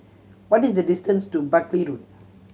what is the distance to Buckley Road